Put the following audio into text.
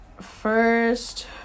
first